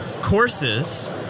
courses